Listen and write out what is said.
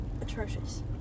Atrocious